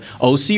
OC